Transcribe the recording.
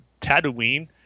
Tatooine